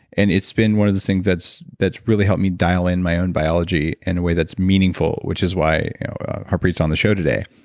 and it's been one of the things that's that's really helped me dial in my own biology in a way that's meaningful, which is why harpreet on the show today.